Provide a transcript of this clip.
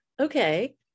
Okay